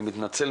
אני יודע,